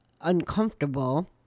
uncomfortable